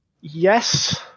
Yes